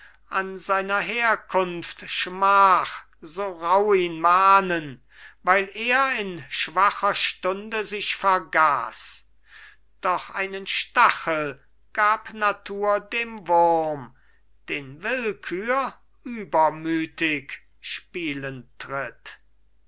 an seiner herkunft schmach so rauh ihn mahnen weil er in schwacher stunde sich vergaß doch einen stachel gab natur dem wurm den willkür übermütig spielend tritt